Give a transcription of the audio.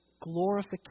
glorification